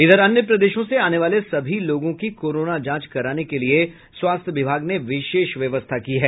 इधर अन्य प्रदेशों से आने वाले सभी लोगों की कोरोना जांच कराने के लिए स्वास्थ्य विभाग ने विशेष व्यवस्था की है